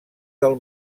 del